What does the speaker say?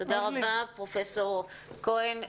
תודה רבה, פרופ' כהן.